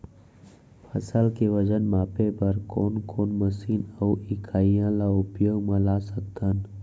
फसल के वजन मापे बर कोन कोन मशीन अऊ इकाइयां ला उपयोग मा ला सकथन?